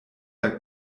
der